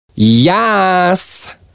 Yes